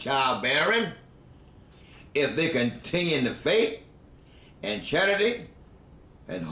childbearing if they continue in the faith and charity and